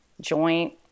joint